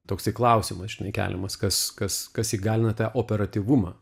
toksai klausimas žinai keliamas kas kas kas įgalinate operatyvumą